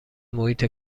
محیط